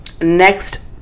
next